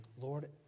Lord